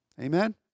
amen